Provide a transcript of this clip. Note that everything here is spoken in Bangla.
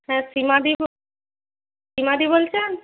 হ্যাঁ সীমাদি সীমাদি বলছেন